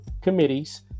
committees